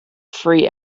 free